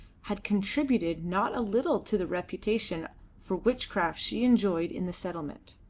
had contributed not a little to the reputation for witchcraft she enjoyed in the settlement.